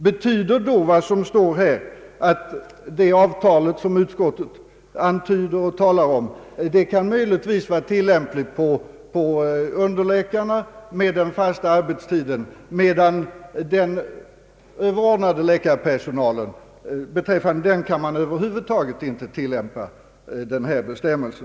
Betyder då vad som här står att det avtal, som utskottet antyder, möjligtvis kan vara tillämpligt på underläkarna med den fasta arbetstiden, medan den överordnade läkarpersonalen inte beröres av denna bestämmelse?